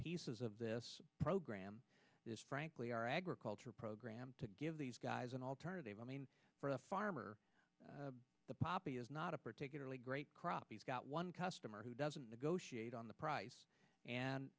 pieces of this program is frankly our agriculture program to give these guys an alternative i mean a farmer the poppy is not a particularly great crop he's got one customer who doesn't negotiate on the price